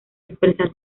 expresar